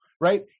right